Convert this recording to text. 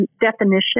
definition